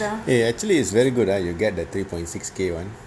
eh actually is very good at you get that three point six K one